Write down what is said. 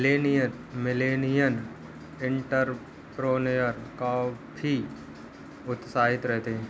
millennial entrepreneur काफी उत्साहित रहते हैं